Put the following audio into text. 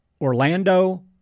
Orlando